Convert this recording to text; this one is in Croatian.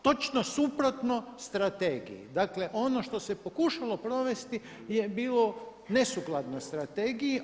Točno suprotno strategiji, dakle ono što se pokušalo provesti je bilo nesukladno strategiji.